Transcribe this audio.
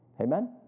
Amen